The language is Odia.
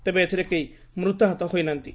ତେବେ ଏଥିରେ କେହି ମୃତାହତ ହୋଇନାହାନ୍ତି